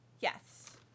Yes